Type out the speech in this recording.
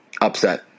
upset